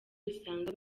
usanga